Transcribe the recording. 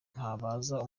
ntazaba